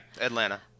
Atlanta